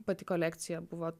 pati kolekcija buvo